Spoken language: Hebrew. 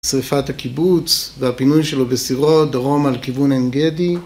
שריפת הקיבוץ והפינוי שלו בסירות דרום על כיוון עין גדי